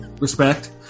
Respect